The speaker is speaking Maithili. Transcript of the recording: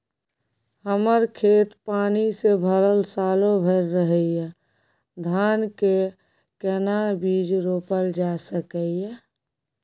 हमर खेत पानी से भरल सालो भैर रहैया, धान के केना बीज रोपल जा सकै ये?